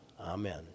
Amen